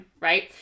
right